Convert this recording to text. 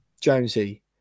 Jonesy